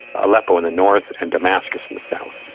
aleppo in the north and damascus in the south,